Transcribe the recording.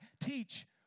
teach